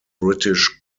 british